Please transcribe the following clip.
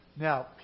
Now